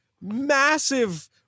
massive